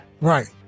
Right